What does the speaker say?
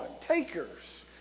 takers